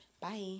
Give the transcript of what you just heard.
Bye